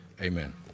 Amen